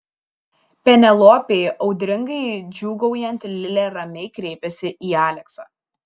penelopei audringai džiūgaujant lilė ramiai kreipėsi į aleksą